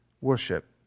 worship